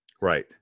Right